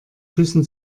küssen